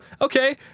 Okay